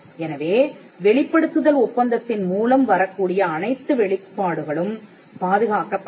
எனவே வெளிப்படுத்துதல் ஒப்பந்தத்தின் மூலம் வரக்கூடிய அனைத்து வெளிப்பாடுகளும் பாதுகாக்கப்பட்டவை